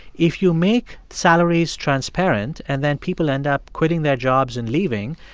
if you make salaries transparent and then people end up quitting their jobs and leaving,